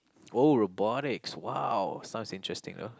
oh robotics !wow! sounds interesting though